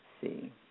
see